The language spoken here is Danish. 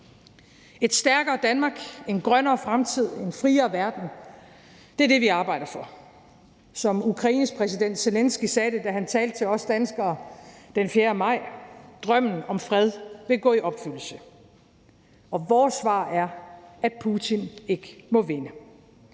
Et stærkere Danmark, en grønnere fremtid, en friere verden – det er det, vi arbejder for. Som Ukraines præsident Zelenskyj sagde, da han talte til os danskere den 4. maj: »Drømmen om fred vil gå i opfyldelse.« Og vores svar er, at Putin ikke må vinde.